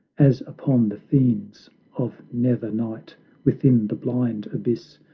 as upon the fiends of nether night within the blind abyss,